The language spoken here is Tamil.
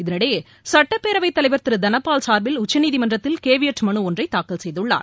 இதனிடையே சட்டப்பேரவைத் தலைவர் திரு தனபால் சார்பில் உச்சநீதிமன்றத்தில் கேவியட் மனு ஒன்றை தாக்கல் செய்துள்ளார்